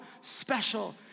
special